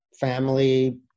Family